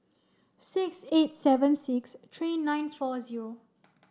six eight seven six three nine four zero